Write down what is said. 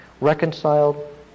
Reconciled